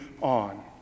on